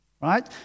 Right